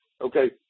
okay